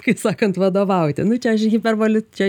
kaip sakant vadovauti nu čia aš hiperboli čia